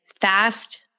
fast